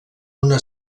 una